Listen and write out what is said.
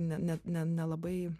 ne ne ne nelabai